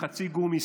חצי גומי,